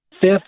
Fifth